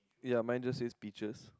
ya mine just say peaches